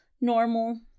normal